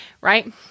right